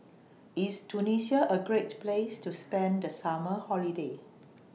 IS Tunisia A Great Place to spend The Summer Holiday